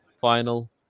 final